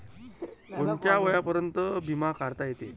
कोनच्या वयापर्यंत बिमा काढता येते?